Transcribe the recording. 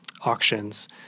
auctions